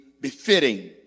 befitting